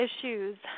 issues